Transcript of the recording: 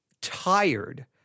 tired